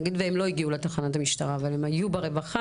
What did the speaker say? נגיד והם לא הגיעו לתחנת המשטרה אבל הם היו ברווחה.